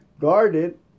Guarded